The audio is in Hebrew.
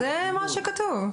זה מה שכתוב.